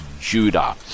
Judah